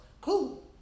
Cool